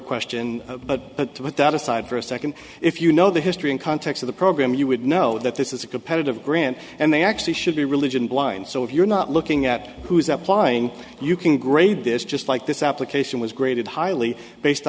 question but with that aside for a second if you know the history and context of the program you would know that this is a competitive grant and they actually should be religion blind so if you're not looking at who is applying you can grade this just like this application was graded highly based